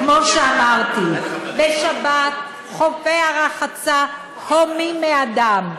כמו שאמרתי, בשבת חופי הרחצה הומים מאדם,